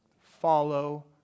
Follow